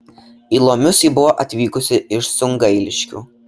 į lomius ji buvo atvykusi iš sungailiškių